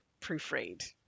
proofread